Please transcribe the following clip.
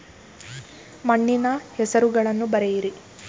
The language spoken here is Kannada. ಮಣ್ಣಿನ ಹೆಸರುಗಳನ್ನು ಬರೆಯಿರಿ